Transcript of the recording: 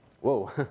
Whoa